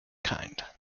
kind